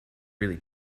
really